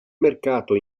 mercato